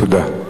תודה.